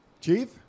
Chief